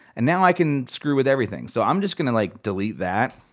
and now i can screw with everything. so i'm just gonna like delete that.